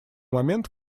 момент